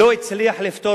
לא הצליח לפתור.